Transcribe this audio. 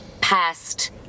past